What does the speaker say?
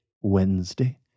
Wednesday